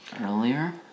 earlier